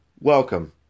Welcome